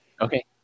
Okay